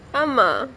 ஆமா:aama